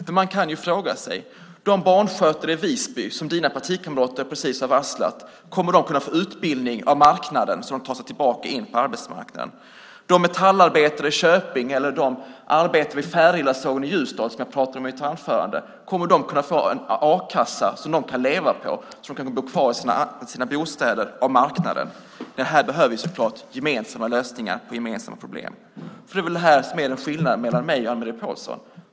Men då kan man fråga sig om de barnskötare i Visby som dina partikamrater precis har varslat kommer att kunna få utbildning av marknaden så att de kan ta sig tillbaka till arbetsmarknaden. Och kommer de metallarbetare i Köping eller de arbetare vid Färilasågen i Ljusdal som jag i mitt anförande pratade om att kunna få en a-kassa av marknaden som de kan leva på så att de kan bo kvar i sina bostäder? Här behövs självklart gemensamma lösningar på gemensamma problem. Det är väl här som det skiljer mellan mig och Anne-Marie Pålsson.